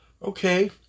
Okay